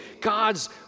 God's